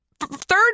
Third